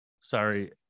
Sorry